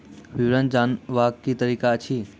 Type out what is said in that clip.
विवरण जानवाक की तरीका अछि?